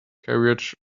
carriage